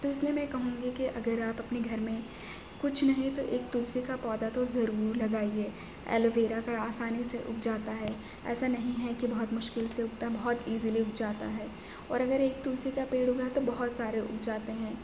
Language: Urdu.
تو اس میں میں کہوں گی کہ اگر آپ اپنے گھر میں کچھ نہیں تو ایک تلسی کا پودہ تو ضرور لگائیے ایلوویرا کا آسانی سے اگ جاتا ہے ایسا نہیں ہے کہ بہت مشکل سے اگتا بہت ایزلی اگ جاتا ہے اور اگر ایک تلسی کا پیڑ اگا تو بہت سارے اگ جاتے ہیں